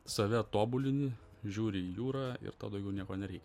save tobulini žiūri į jūrą ir tau daugiau nieko nereikia